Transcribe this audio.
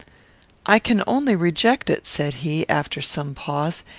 i can only reject it, said he, after some pause,